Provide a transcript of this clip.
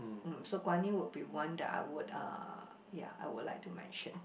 mm so Guan-Yin would be one that I would uh ya I would like to mention